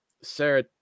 sarah